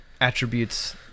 attributes